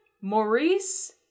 Maurice